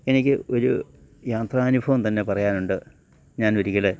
എനിക്ക് ഒരു യാത്രാ അനുഭവം തന്നെ പറയാനുണ്ട് ഞാൻ ഒരിക്കൽ